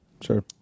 sure